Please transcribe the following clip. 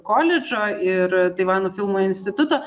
koledžo ir taivano filmų instituto